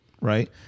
Right